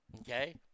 Okay